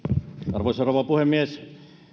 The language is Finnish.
arvoisa rouva puhemies